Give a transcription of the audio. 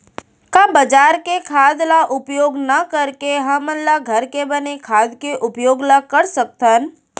का बजार के खाद ला उपयोग न करके हमन ल घर के बने खाद के उपयोग ल कर सकथन?